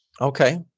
Okay